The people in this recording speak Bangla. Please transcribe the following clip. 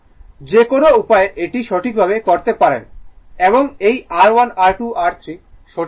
যে কোনও উপায়ে এটি সঠিকভাবে করতে পারেন এবং এই R1 R2 R3 সার্কিট থাকবে